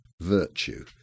virtue